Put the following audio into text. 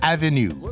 Avenue